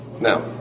Now